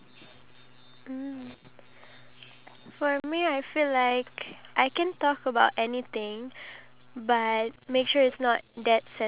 feel like I need to have that level of respect of course we can joke around but at the end of the day we need to know they are our parents as well and